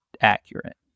accurate